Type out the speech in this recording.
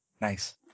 Nice